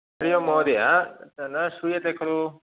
हरिः ओम् महोदय न श्रूयते खलु